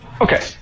Okay